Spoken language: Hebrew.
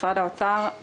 האוצר.